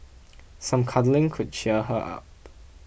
some cuddling could cheer her up